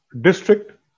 district